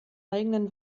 eigenen